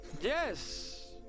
Yes